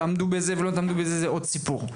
תעמדו בזה או לא תעמדו בזה זה עוד סיפור.